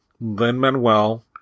Lin-Manuel